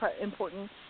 important